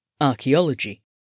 Archaeology